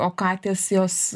o katės jos